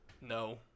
No